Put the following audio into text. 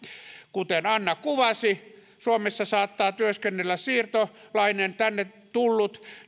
kuten anna kuvasi suomessa saattaa työskennellä siirtolainen tänne tullut